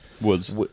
woods